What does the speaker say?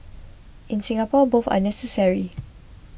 in Singapore both are necessary